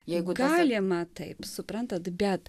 jeigu galima taip suprantate bet